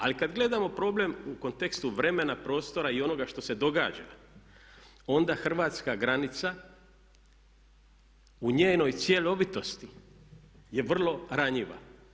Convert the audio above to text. Ali kad gledamo problem u kontekstu vremena, prostora i onoga što se događa onda hrvatska granica u njenoj cjelovitosti je vrlo ranjiva.